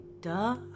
Duh